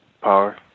Power